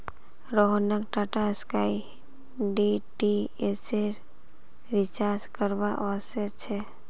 रोहनक टाटास्काई डीटीएचेर रिचार्ज करवा व स छेक